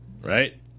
right